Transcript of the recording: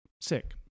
sick